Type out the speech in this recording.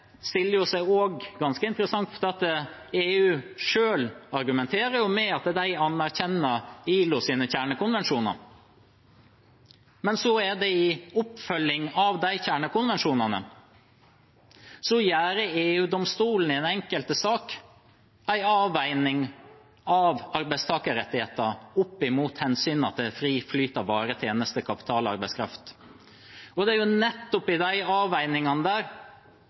Det stiller seg også ganske interessant ved at EU selv argumenterer med at de anerkjenner ILOs kjernekonvensjoner. Men i oppfølgingen av kjernekonvensjonene gjør EU-domstolen i den enkelte sak en avveining av arbeidstakerrettigheter opp mot hensynet til fri flyt av varer, tjenester, kapital og arbeidskraft. Det er jo nettopp i de avveiningene,